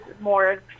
more